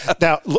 Now